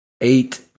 eight